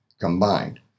combined